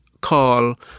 call